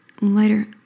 later